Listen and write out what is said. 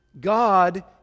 God